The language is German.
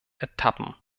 etappen